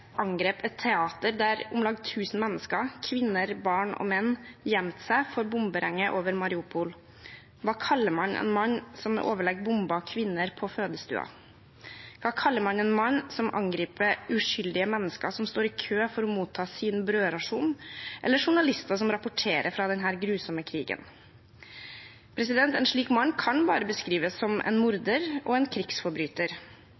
et teater, der om lag 1 000 mennesker – kvinner, barn og menn – gjemmer seg for bomberegnet over Mariupol? Hva kaller man en mann som med overlegg bomber kvinner på fødestuene? Hva kaller man en mann som angriper uskyldige mennesker som står i kø for å motta sin brødrasjon, eller journalister som rapporterer fra denne grusomme krigen? En slik mann kan bare beskrives som en